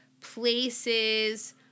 places